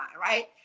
right